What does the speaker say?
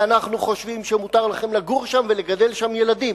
ואנחנו חושבים שמותר לכם לגור שם ולגדל שם ילדים,